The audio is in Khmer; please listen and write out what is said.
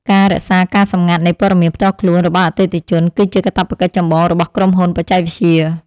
ការរក្សាការសម្ងាត់នៃព័ត៌មានផ្ទាល់ខ្លួនរបស់អតិថិជន គឺជាកាតព្វកិច្ចចម្បងរបស់ក្រុមហ៊ុនបច្ចេកវិទ្យា។